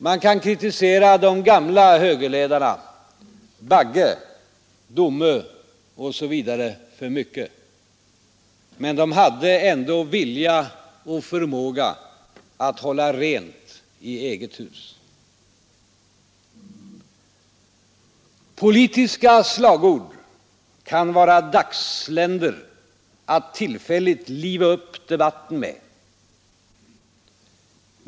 Man kan kritisera de gamla högerledarna, Bagge, Domö osv., för mycket. Men de hade ändå vilja och förmåga att hålla rent i eget hus. Politiska slagord kan vara dagsländor att tillfälligt liva upp debatten med.